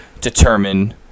determine